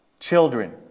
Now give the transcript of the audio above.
Children